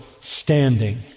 standing